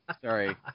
Sorry